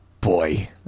boy